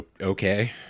Okay